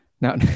Now